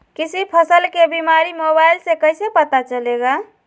किसी फसल के बीमारी मोबाइल से कैसे पता चलेगा?